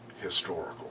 historical